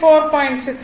63